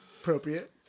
Appropriate